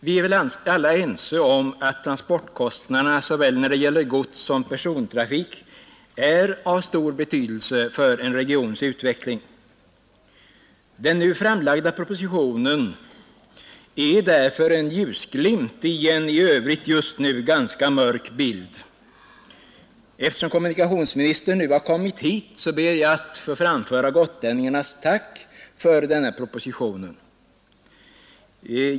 Vi är väl alla ense om att transportkostnaderna, såväl för godssom för persontrafik, är av stor betydelse för en regions utveckling. Den nu framlagda propositionen är därför en ljusglimt i en i övrigt just nu ganska mörk bild. Eftersom kommunikationsministern nu kommit hit, ber jag att få framföra gotlänningarnas tack för denna proposition.